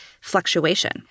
fluctuation